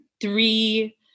three